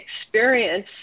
experience